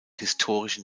historischen